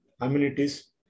amenities